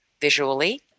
visually